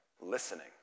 listening